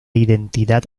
identidad